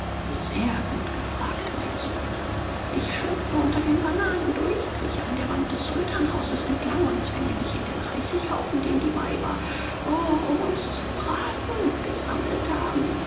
sehr gut gefragt mein sohn ich schlüpfe unter den bananen durch krieche an der wand des sultanhauses entlang und zwänge mich in den reisighaufen den die weiber o um uns zu braten gesammelt haben